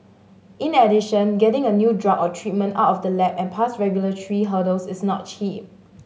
in addition getting a new drug or treatment out of the lab and past regulatory hurdles is not cheap